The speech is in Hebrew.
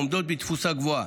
עומדות בתפוסה גבוהה,